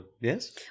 yes